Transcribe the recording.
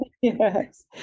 yes